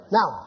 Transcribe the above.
Now